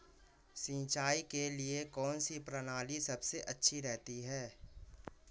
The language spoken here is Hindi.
सिंचाई के लिए कौनसी प्रणाली सबसे अच्छी रहती है?